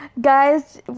guys